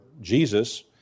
Jesus